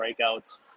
strikeouts